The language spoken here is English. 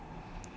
hater